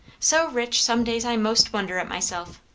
so rich, some days i most wonder at myself.